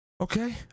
Okay